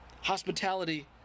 hospitality